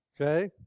okay